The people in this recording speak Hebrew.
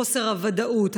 חוסר הוודאות,